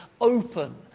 open